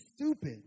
stupid